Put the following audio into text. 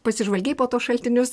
pasižvalgei po tuos šaltinius